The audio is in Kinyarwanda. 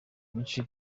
myishi